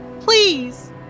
please